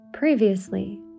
Previously